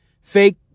fake